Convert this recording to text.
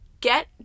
get